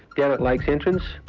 down at lake's entrance,